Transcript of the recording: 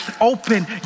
open